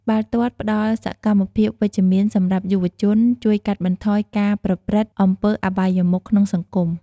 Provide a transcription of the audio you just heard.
បាល់ទាត់ផ្តល់សកម្មភាពវិជ្ជមានសម្រាប់យុវជន ជួយកាត់បន្ថយការប្រព្រឹត្តអំពើអបាយមុខក្នុងសង្គម។